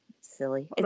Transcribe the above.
silly